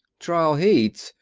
trial heats!